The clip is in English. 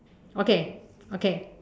okay okay